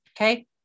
Okay